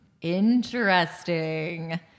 Interesting